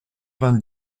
vingt